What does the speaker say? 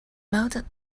melded